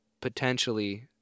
potentially